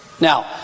Now